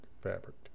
fabric